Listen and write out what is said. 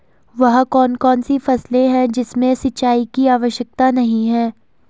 वह कौन कौन सी फसलें हैं जिनमें सिंचाई की आवश्यकता नहीं है?